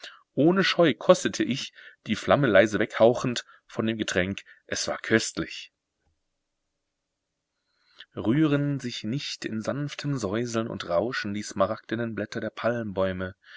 ohne scheu kostete ich die flamme leise weghauchend von dem getränk es war köstlich rühren sich nicht in sanftem säuseln und rauschen die smaragdenen blätter der